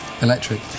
Electric